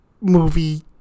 Movie